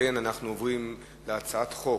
אנחנו עוברים להצעת חוק,